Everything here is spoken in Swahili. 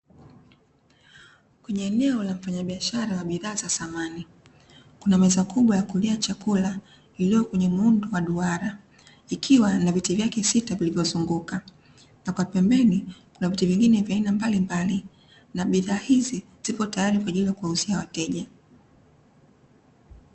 Kwenye eneo la mfanyabiashara wa bidhaa za samani, kuna meza kubwa ya kulia chakula iliyo kwenye muundo wa duara ikiwa na viti vyake sita vilivyozunguka. Na kwa pembeni kuna viti vengine vya aina mbalimbali; na bidhaa hizi zipo tayari kwa ajili ya kuwauzia wateja.